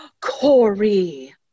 Corey